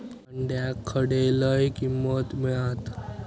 अंड्याक खडे लय किंमत मिळात?